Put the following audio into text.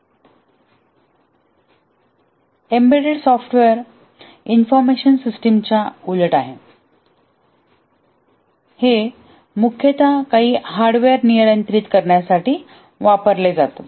embedded software information system च्या उलट आहे हे मुख्यतः काही हार्डवेअर नियंत्रित करण्यासाठी वापरले जातात